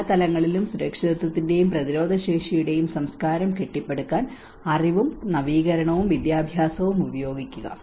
എല്ലാ തലങ്ങളിലും സുരക്ഷിതത്വത്തിന്റെയും പ്രതിരോധശേഷിയുടെയും സംസ്കാരം കെട്ടിപ്പടുക്കാൻ അറിവും നവീകരണവും വിദ്യാഭ്യാസവും ഉപയോഗിക്കുക